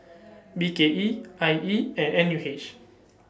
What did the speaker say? B K E I E and N U H